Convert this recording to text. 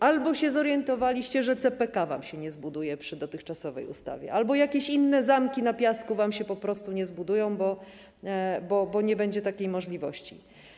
Albo się zorientowaliście, że CPK wam się nie zbuduje przy dotychczasowej ustawie, albo jakieś inne zamki na piasku wam się po prostu nie zbudują, bo nie będzie takiej możliwości.